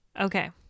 okay